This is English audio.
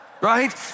right